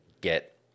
get